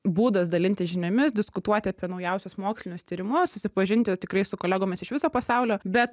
būdas dalintis žiniomis diskutuoti apie naujausius mokslinius tyrimus susipažinti tikrai su kolegomis iš viso pasaulio bet